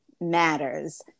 Matters